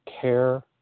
care